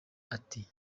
ati